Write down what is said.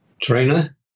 trainer